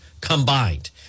combined